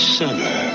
summer